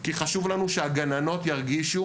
כי חשוב לנו שהגננות ירגישו